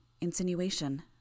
Insinuation